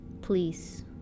Please